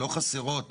ולא חסרות